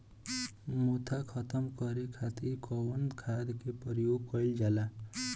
मोथा खत्म करे खातीर कउन खाद के प्रयोग कइल जाला?